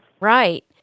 Right